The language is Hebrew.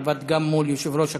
עבדת גם מול יושב-ראש הקואליציה,